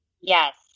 Yes